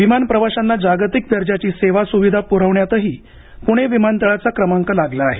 विमान प्रवाशांना जागतिक दर्जाची सेवा सुविधा पुरवण्यातही पुणे विमानतळाचा क्रमांक लागला आहे